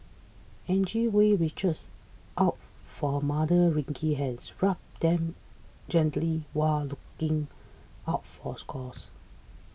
Angie Hui reaches out for her mother's wrinkly hands rubbing them gently while looking out for sores